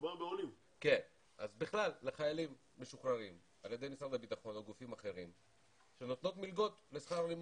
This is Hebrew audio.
על ידי משרד הביטחון או גופים אחרים שנותנים מלגות לשכר לימוד,